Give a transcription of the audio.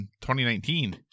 2019